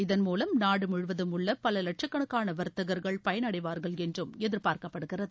இதன் மூலம் நாடு முழுவதும் உள்ள பல லட்சக்கணக்கான வர்த்தகர்கள் பயன்டவார்கள் என்று எதிர்பார்க்கப்படுகிறது